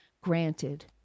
granted